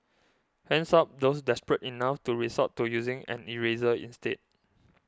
hands up those desperate enough to resort to using an eraser instead